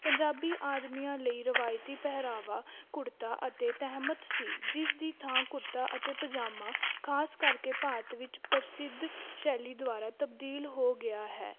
ਪੰਜਾਬੀ ਆਦਮੀਆਂ ਲਈ ਰਵਾਇਤੀ ਪਹਿਰਾਵਾ ਕੁੜਤਾ ਅਤੇ ਤਹਿਮਤ ਸੀ ਜਿਸ ਦੀ ਥਾਂ ਕੁੜਤਾ ਅਤੇ ਪਜਾਮਾ ਖਾਸ ਕਰਕੇ ਭਾਰਤ ਵਿੱਚ ਪ੍ਰਸਿੱਧ ਸ਼ੈਲੀ ਦੁਆਰਾ ਤਬਦੀਲ ਹੋ ਗਿਆ ਹੈ